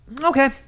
Okay